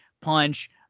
punch